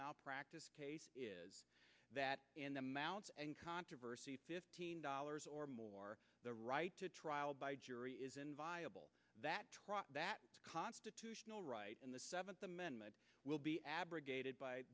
malpractise is that the amount and controversy fifteen dollars or more the right to trial by jury isn't viable that that constitutional right in the seventh amendment will be abrogated by